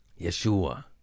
Yeshua